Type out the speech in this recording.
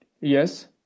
yes